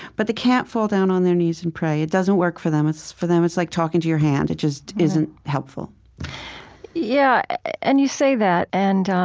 but they can't fall down on their knees and pray? it doesn't work for them. for them, it's like talking to your hand. it just isn't helpful yeah, and you say that, and